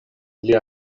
lia